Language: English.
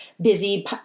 busy